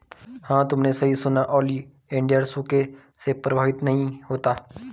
हां तुमने सही सुना, ओलिएंडर सूखे से प्रभावित नहीं होता